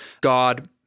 God